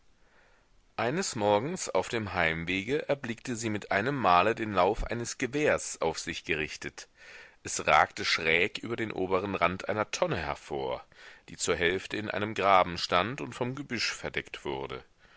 eines morgens auf dem heimwege erblickte sie mit einem male den lauf eines gewehrs auf sich gerichtet es ragte schräg über den oberen rand einer tonne hervor die zur hälfte in einem graben stand und vom gebüsch verdeckt wurde